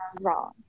wrong